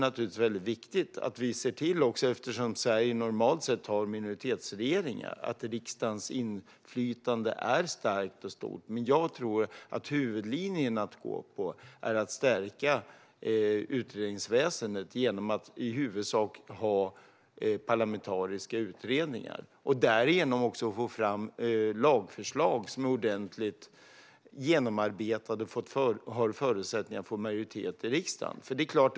Eftersom Sverige normalt sett har minoritetsregeringar är det däremot naturligtvis mycket viktigt att vi ser till att riksdagens inflytande är starkt och stort. Jag tror dock att huvudlinjen man ska gå på är att stärka utredningsväsendet genom att i huvudsak ha parlamentariska utredningar - och därigenom få fram lagförslag som är ordentligt genomarbetade och har förutsättningar att få majoritet i riksdagen.